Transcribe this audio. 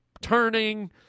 turning